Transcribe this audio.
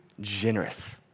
generous